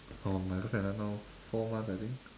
oh my girlfriend ah now four months I think